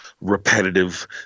repetitive